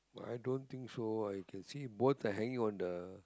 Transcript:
i don't think so I can see both are hanging on the